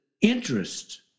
interest